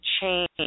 change